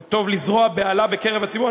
זה טוב לזרוע בהלה בקרב הציבור.